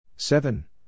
Seven